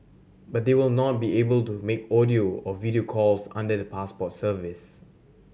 but they will not be able to make audio or video calls under the Passport service